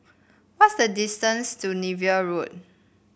what is the distance to Niven Road